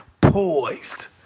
Poised